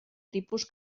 tipus